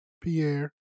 Pierre